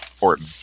Orton